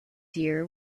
year